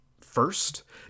first